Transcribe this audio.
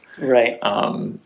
Right